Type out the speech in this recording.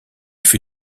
fut